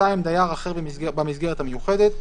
(2)דייר אחר במסגרת המיוחדת,